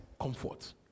Comfort